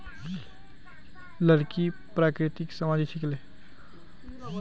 लकड़ी प्राकृतिक सामग्री छिके